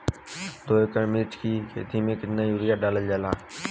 दो एकड़ मिर्च की खेती में कितना यूरिया डालल जाला?